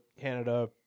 Canada